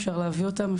אפשר להביא אותם,